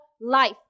life